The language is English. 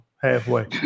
Halfway